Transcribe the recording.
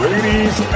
Ladies